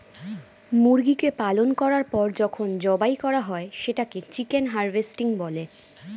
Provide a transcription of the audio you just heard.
মুরগিকে পালন করার পর যখন জবাই করা হয় সেটাকে চিকেন হারভেস্টিং বলে